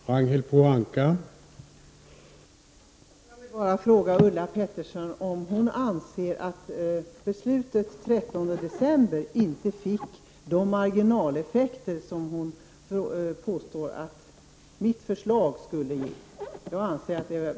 Herr talman! Jag vill bara fråga Ulla Pettersson om hon anser att beslutet av den 13 december inte fick de marginaleffekter som hon påstår att mitt förslag skulle föranleda.